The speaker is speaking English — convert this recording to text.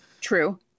True